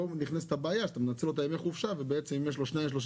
פה יש בעיה שאתה מנצל את ימי המחלה שלו ואם יש לו שניים-שלושה